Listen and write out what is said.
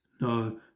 no